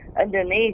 underneath